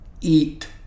eat